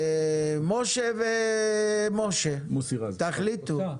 מוסי רז, בבקשה.